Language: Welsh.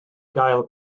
gael